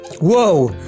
Whoa